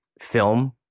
film